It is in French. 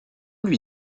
lui